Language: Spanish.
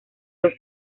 los